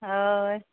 हय